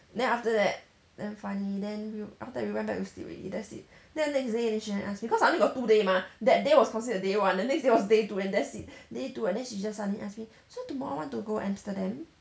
then after that damn funny then we after that we went back to sleep already that's it then next day she ask me cause I only got two day mah that day was considered day one the next day was day two then that's it day two and then she just suddenly ask me so tomorrow want to go amsterdam